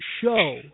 show